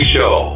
Show